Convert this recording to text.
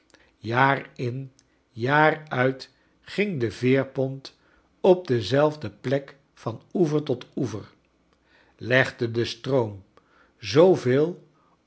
jaar in jaar uit ging de veerpont op dezelfde plek van oever tot oever legde de stroom zooveel